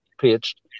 pitched